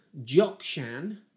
Jokshan